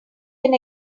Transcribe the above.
can